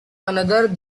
another